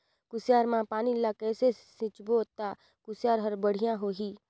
कुसियार मा पानी ला कइसे सिंचबो ता कुसियार हर बेडिया होही?